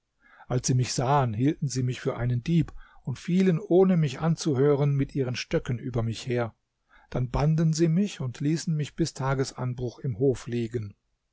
als sie mich sahen hielten sie mich für einen dieb und fielen ohne mich anzuhören mit ihren stöcken über mich her dann banden sie mich und ließen mich bis tagesanbruch im hof liegen